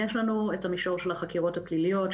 יש לנו את המישור של החקירות הפליליות,